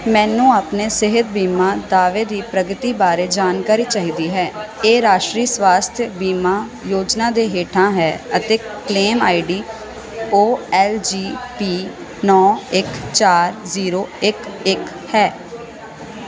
ਮੈਨੂੰ ਆਪਣੇ ਸਿਹਤ ਬੀਮਾ ਦਾਅਵੇ ਦੀ ਪ੍ਰਗਤੀ ਬਾਰੇ ਜਾਣਕਾਰੀ ਚਾਹੀਦੀ ਹੈ ਇਹ ਰਾਸ਼ਟਰੀ ਸਵਾਸਥਯ ਬੀਮਾ ਯੋਜਨਾ ਦੇ ਹੇਠਾਂ ਹੈ ਅਤੇ claim ID O L G P ਨੌਂ ਇੱਕ ਚਾਰ ਜ਼ੀਰੋ ਇੱਕ ਇੱਕ ਹੈ